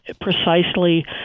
precisely